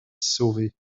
sauvés